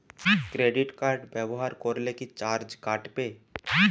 Credit card ব্যাবহার করলে কি চার্জ কাটবে?